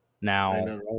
Now